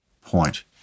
point